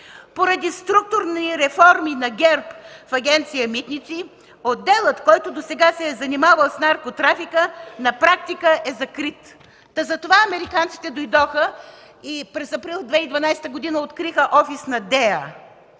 „Поради структурни реформи на ГЕРБ в Агенция „Митници” отделът, който досега се е занимавал с наркотрафика, на практика е закрит”. Та затова американците дойдоха и през април 2012 г. откриха офис на ДЕА.